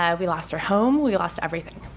ah we lost our home, we lost everything.